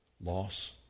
loss